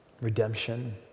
redemption